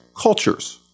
cultures